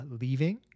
leaving